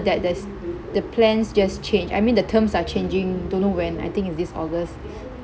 that there's the plans just changed I mean the terms are changing don't know when I think it's this august